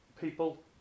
people